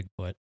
Bigfoot